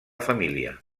família